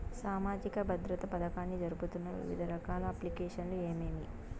సామాజిక భద్రత పథకాన్ని జరుపుతున్న వివిధ రకాల అప్లికేషన్లు ఏమేమి?